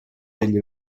degli